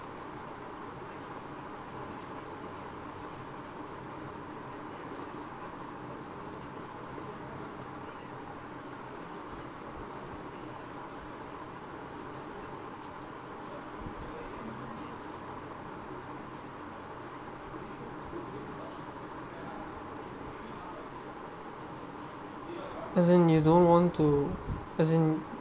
as in you don't want to as in